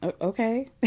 Okay